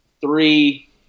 three –